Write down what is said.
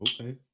Okay